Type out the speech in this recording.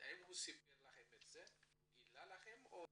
האם הוא גילה לכם או לא?